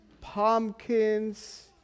pumpkins